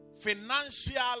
Financial